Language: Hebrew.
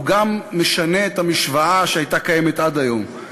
הוא גם משנה את המשוואה שהייתה קיימת עד היום: